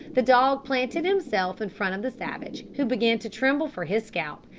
the dog planted himself in front of the savage, who began to tremble for his scalp,